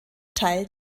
teil